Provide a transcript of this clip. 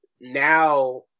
now